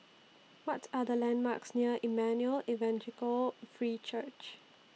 What Are The landmarks near Emmanuel Evangelical Free Church